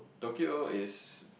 Tokyo is